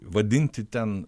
vadinti ten